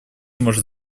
может